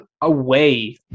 away